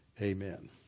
amen